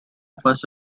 fuss